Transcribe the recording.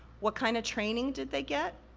what kinda training did they get?